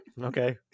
okay